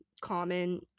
common